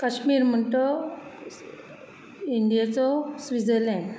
काश्मिर म्हण तो इंडियेचो स्विर्झलेंड